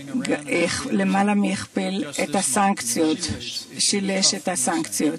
שלנו הכפיל פי שלושה את מספר הסנקציות